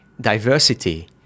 diversity